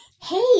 Hey